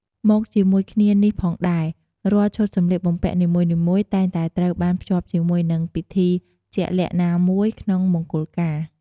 មកជាមួយគ្នានេះផងដែរ រាល់ឈុតសម្លៀកបំពាក់នីមួយៗ តែងតែត្រូវបានភ្ជាប់ជាមួយនឹង ពិធីជាក់លាក់ណាមួយ ក្នុងមង្គលការ។